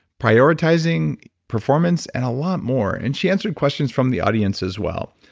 prioritizing, performance, and a lot more, and she answered questions from the audience as well.